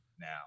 now